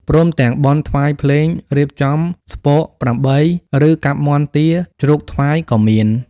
ព្រមទាំងបន់ថ្វាយភ្លេង រៀបចំស្ពកប្រាំបី ឫកាប់មាន់ទា ជ្រូកថ្វាយក៏មាន។